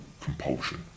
compulsion